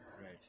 Right